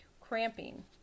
cramping